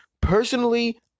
Personally